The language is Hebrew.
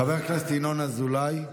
חבר הכנסת ינון אזולאי,